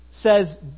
says